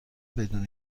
بدون